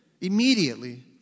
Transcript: immediately